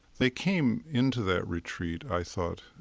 they came into that retreat, i thought,